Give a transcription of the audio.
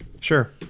sure